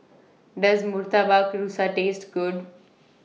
Does Murtabak Rusa Taste Good